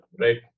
right